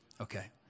Okay